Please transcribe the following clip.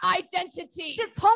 identity